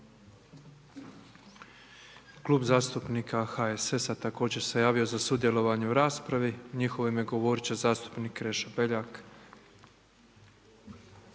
Klub zastupnika HSS-a također se javio za sudjelovanje u raspravi. U njihovo ime govoriti će zastupnik Krešo Beljak.